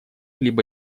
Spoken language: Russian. либо